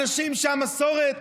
אנשים שהמסורת